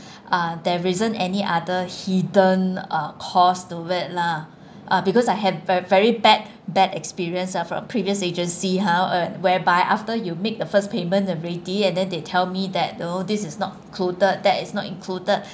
uh there isn't any other hidden uh cost to it lah uh because I had a very bad bad experience ah from previous agency ha whereby after you make the first payment already and then they tell me that know this is not included that is not included